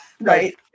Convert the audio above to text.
right